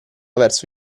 verso